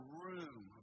room